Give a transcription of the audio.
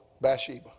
Bathsheba